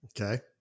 Okay